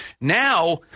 Now